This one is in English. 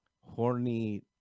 horny